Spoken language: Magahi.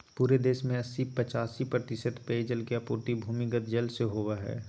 पूरे देश में अस्सी पचासी प्रतिशत पेयजल के आपूर्ति भूमिगत जल से होबय हइ